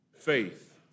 Faith